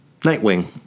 Nightwing